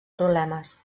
problemes